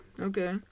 okay